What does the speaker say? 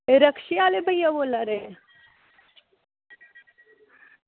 तुस रिक्शा आह्ले भैया बोल्ला दे